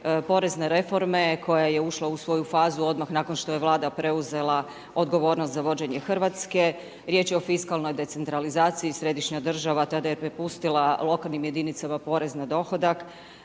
porezne reforme, koja je ušla u svoju fazu, odmah nakon što je Vlada preuzela odgovornost za vođenje Hrvatske, riječ je o fiskalnoj decentralizacija i središnja država tada je prepustila lokalnim jedinicama porez na dohodak,